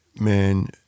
man